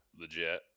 legit